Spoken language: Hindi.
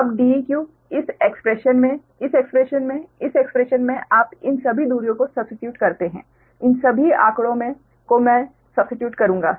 तो अब Deq इस एक्स्प्रेशन में इस एक्स्प्रेशन में इस एक्स्प्रेशन में आप इन सभी दूरियों को सब्स्टीट्यूट करते हैं इन सभी आंकड़ों को मैं सब्स्टीट्यूट करूंगा